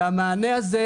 והמענה הזה,